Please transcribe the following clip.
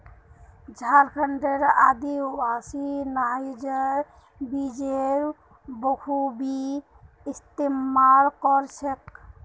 झारखंडेर आदिवासी नाइजर बीजेर बखूबी इस्तमाल कर छेक